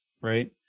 right